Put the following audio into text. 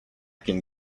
can